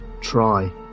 try